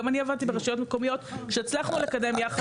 גם אני עבדתי ברשויות מקומיות כשהצלחנו לקדם יחד.